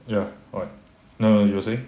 ya what no no you were saying